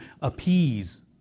appease